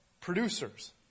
producers